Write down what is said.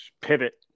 pivot